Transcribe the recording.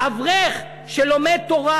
אברך שלומד תורה,